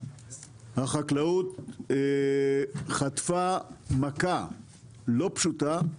החקלאות חטפה מכה לא פשוטה,